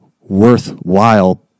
worthwhile